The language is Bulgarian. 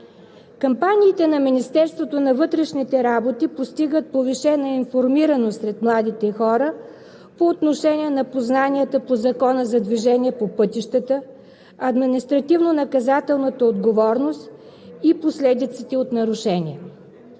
Кампанията на Министерството на вътрешните работи постига повишена информираност сред младите хора по отношение на познанията по Закона за движение по пътищата, административнонаказателната отговорност и последиците от нарушения.